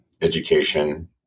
education